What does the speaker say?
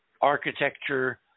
architecture